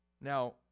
Now